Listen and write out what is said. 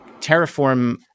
Terraform